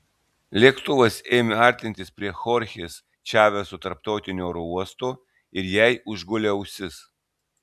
lėktuvas ėmė artintis prie chorchės čaveso tarptautinio oro uosto ir jai užgulė ausis